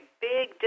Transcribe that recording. big